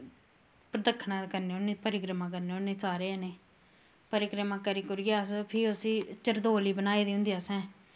परदक्खनां करने होन्ने परिकरमां करने होन्ने सारे जने परिकरमां करी कुरियै प्ही उसी चरतोली बनाई दी होंदी असैं